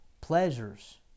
pleasures